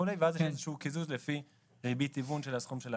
ואז יש איזשהו קיזוז לפי ריבית היוון של הסכום.